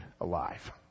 alive